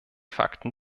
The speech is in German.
fakten